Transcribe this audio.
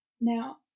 Now